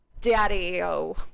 Daddy-O